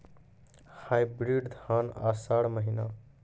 Hybrid धान आषाढ़ महीना?